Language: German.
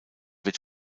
wird